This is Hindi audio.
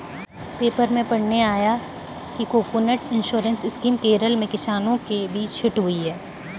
पेपर में पढ़ने आया कि कोकोनट इंश्योरेंस स्कीम केरल में किसानों के बीच हिट हुई है